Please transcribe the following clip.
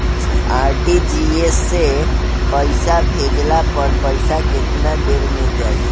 RTGS से पईसा भेजला पर पईसा केतना देर म जाई?